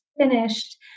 finished